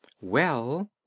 Well